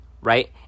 Right